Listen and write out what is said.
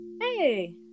Hey